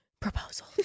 proposal